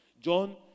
John